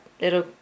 little